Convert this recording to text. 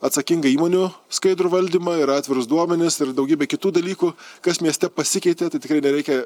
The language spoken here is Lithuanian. atsakingą įmonių skaidrų valdymą ir atvirus duomenis ir daugybę kitų dalykų kas mieste pasikeitė tai tikrai nereikia